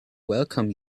welcome